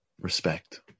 Respect